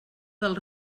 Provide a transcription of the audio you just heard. del